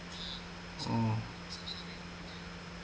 oh